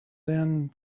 then